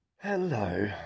Hello